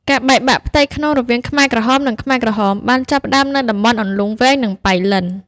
ការបែកបាក់ផ្ទៃក្នុងរវាងខ្មែរក្រហម និងខ្មែរក្រហម បានចាប់ផ្តើមនៅតំបន់អន្លង់វែង និងប៉ៃលិន។